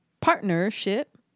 partnership